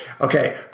Okay